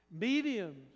mediums